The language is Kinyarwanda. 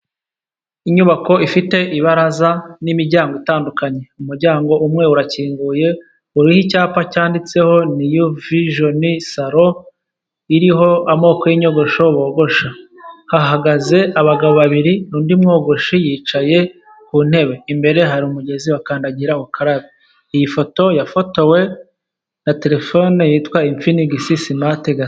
Inyubako ifite ibaraza n'imiryango itandukanye, umuryango umwe urakinguye uriho icyapa cyanditseho niyu vijoni salo, iriho amoko y'inyogosho bogosha, hahagaze abagabo babiri undi mwogoshi yicaye ku ntebe, imbere hari umugezi wakandagira ukarabe iyi foto yafotowe na terefone yitwa infinigisi simati gatandatu.